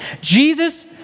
Jesus